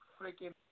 freaking